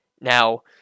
Now